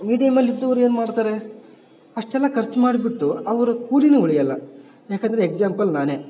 ಮೀಡಿಯಮ್ಮಲ್ಲಿ ಇದ್ದೋರು ಏನು ಮಾಡ್ತಾರೆ ಅಷ್ಟೆಲ್ಲ ಖರ್ಚ್ ಮಾಡಿಬಿಟ್ಟು ಅವರ ಕೂಲೀನೆ ಉಳಿಯೋಲ್ಲ ಯಾಕಂದರೆ ಎಕ್ಸಾಂಪಲ್ ನಾನೆ